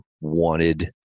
wanted